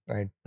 Right